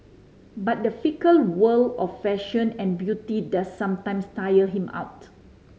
but the fickle world of fashion and beauty does sometimes tire him out